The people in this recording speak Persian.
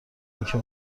اینکه